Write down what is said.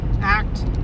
act